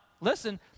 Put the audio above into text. listen